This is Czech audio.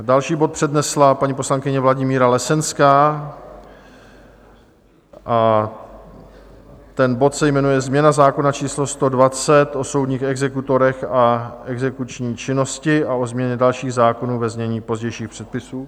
Další bod přednesla paní poslankyně Vladimíra Lesenská a ten bod se jmenuje Změna zákona číslo 120 o soudních exekutorech a exekuční činnosti a o změně dalších zákonů, ve znění pozdějších předpisů.